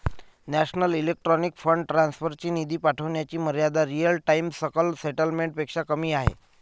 national electronic fund transfer ची निधी पाठविण्याची मर्यादा रिअल टाइम सकल सेटलमेंट पेक्षा कमी आहे